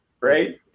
Right